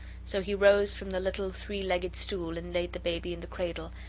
so he rose from the little three-legged stool, and laid the baby in the cradle,